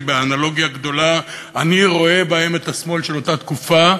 שבאנלוגיה גדולה אני רואה בהם את השמאל של אותה תקופה,